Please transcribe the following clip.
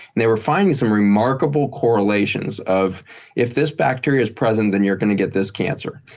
they were finding some remarkable correlations of if this bacteria present, then you're going to get this cancer.